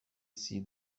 see